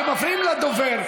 אתם מפריעים לדובר.